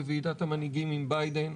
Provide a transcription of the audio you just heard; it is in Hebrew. בוועידת המנהיגים עם ביידן,